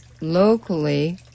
locally